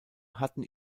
hatten